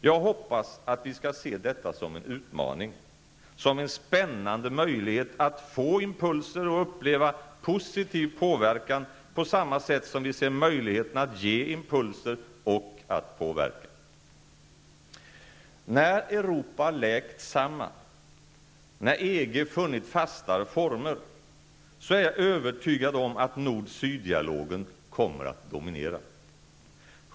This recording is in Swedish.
Jag hoppas att vi skall se detta som en utmaning, som en spännande möjlighet att få impulser och uppleva positiv påverkan på samma sätt som vi ser möjligheterna att ge impulser och att påverka. När Europa läkt samman, när EG funnit fastare former, är jag övertygad om att nord--syd-dialogen kommer att dominera.